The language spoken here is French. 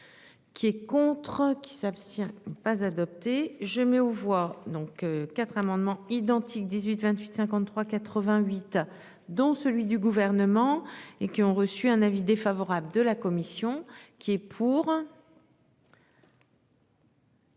Qui est contre. S'abstient pas adopté, je mets aux voix donc quatre amendements identiques, 18 28 53 88, dont celui du gouvernement et qui ont reçu un avis défavorable de la commission. Qui est pour.